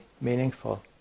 meaningful